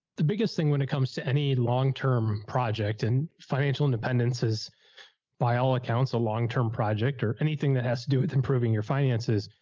the biggest thing when it comes to any longterm project and financial independence is by all accounts a longterm project or anything that has to do with improving your finances.